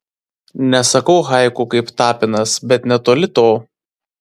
nesakau haiku kaip tapinas bet netoli to